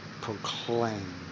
proclaim